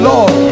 Lord